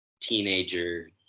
teenager